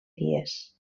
dies